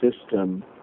system